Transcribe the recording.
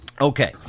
Okay